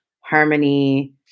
harmony